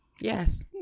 Yes